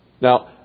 Now